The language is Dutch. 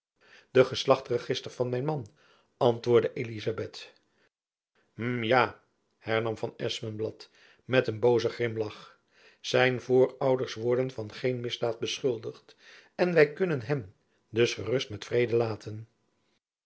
opnemende de geslachtregister van mijn man antwoordde elizabeth hm ja hernam van espenblad met een bozen grimlach zijn voorouders worden van geen misdaad beschuldigd en wy kunnen hen dus gerust met vrede laten